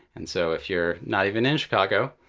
and so if you're not even in chicago,